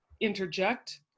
interject